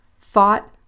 Thought